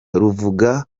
ruvuga